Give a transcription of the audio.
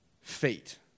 feat